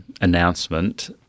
announcement